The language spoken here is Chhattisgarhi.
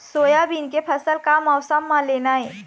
सोयाबीन के फसल का मौसम म लेना ये?